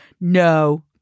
No